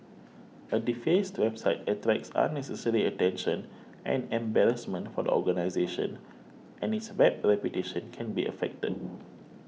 a defaced website attracts unnecessary attention and embarrassment for the organisation and its Web reputation can be affected